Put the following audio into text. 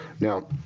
Now